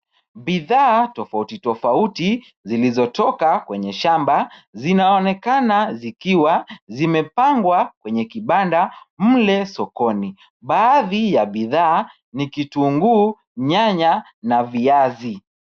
Bidhaa tofautitofauti zilizotoka kwenye shamba, zinaonekana zikiwa zimepangwa kwenye kibanda mle sokoni. Baadhi ya bidhaa ni kitunguu, nyanya na viazi.